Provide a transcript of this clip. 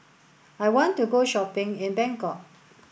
I want to go shopping in Bangkok